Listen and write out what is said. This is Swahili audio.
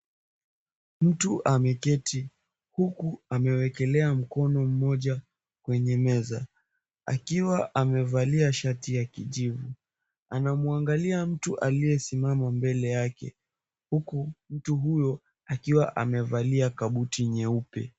Mtu ameketi huku amewekelea mkono mmoja kwenye meza akiwa amevalia shati ya kijivu . Anamwangalia mtu aliyesimama mbele yake huku mtu huyo akiwa amevalia kabuti nyeupe.